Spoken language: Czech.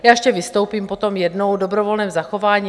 Já ještě vystoupím potom jednou... dobrovolném zachování.